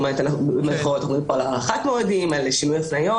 במירכאות - הארכת מועדים, על שינוי הפניות.